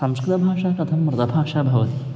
संस्कृतभाषा कथं मृतभाषा भवति